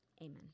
Amen